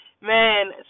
man